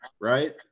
right